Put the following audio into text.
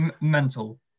Mental